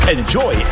Enjoy